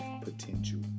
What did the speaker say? potential